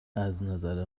ازنظر